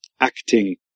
acting